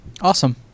Awesome